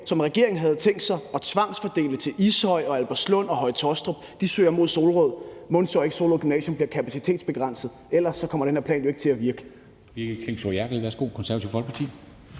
som regeringen havde tænkt sig at tvangsfordele til Ishøj, Albertslund og Høje-Taastrup, søger mod Solrød. Mon ikke Solrød Gymnasium så bliver kapacitetsbegrænset, for ellers kommer den her plan jo ikke til at virke?